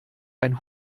ein